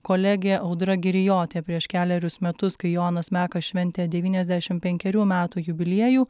kolegė audra girijotė prieš kelerius metus kai jonas mekas šventė devyniasdešim penkerių metų jubiliejų